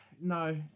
no